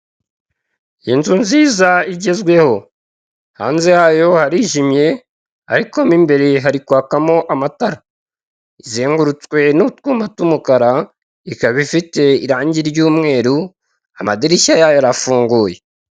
Inzu nziza igezweho hanze yayo harijimye ariko mo imbere hari kwakamo amatara izengurutswe n'utwuma tw'umukara, ikaba ifite irange ry'umweru amadirishya yayo arafunguye.